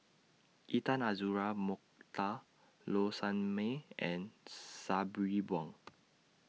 Intan Azura Mokhtar Low Sanmay and Sabri Buang